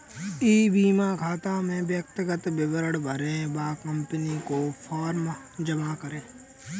ई बीमा खाता में व्यक्तिगत विवरण भरें व कंपनी को फॉर्म जमा करें